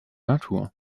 natur